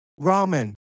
ramen